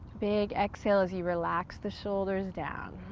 big exhale as you relax the shoulders down.